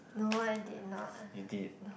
you did